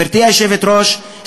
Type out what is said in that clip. גברתי היושבת-ראש,